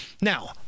Now